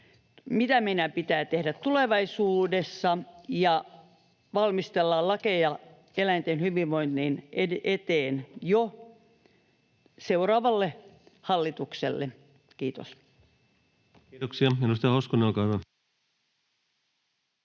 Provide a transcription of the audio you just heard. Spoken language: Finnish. mitä meidän pitää tehdä tulevaisuudessa: valmistella lakeja eläinten hyvinvoinnin eteen jo seuraavalle hallitukselle. — Kiitos. [Speech 172] Speaker: